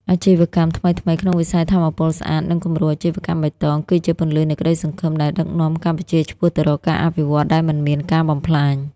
អាជីវកម្មថ្មីៗក្នុងវិស័យថាមពលស្អាត និងគំរូអាជីវកម្មបៃតង គឺជាពន្លឺនៃក្ដីសង្ឃឹមដែលដឹកនាំកម្ពុជាឆ្ពោះទៅរកការអភិវឌ្ឍដែលមិនមានការបំផ្លាញ។